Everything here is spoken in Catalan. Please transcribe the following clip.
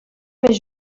més